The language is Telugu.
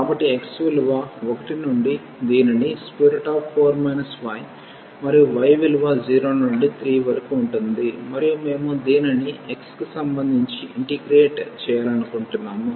కాబట్టి x విలువ 1 నుండి దీనికి 4 y మరియు y విలువ 0 నుండి 3 వరకు ఉంటుంది మరియు మేము దీనిని x కి సంబంధించి ఇంటిగ్రేట్ చేయాలనుకుంటున్నాము